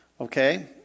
Okay